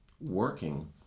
working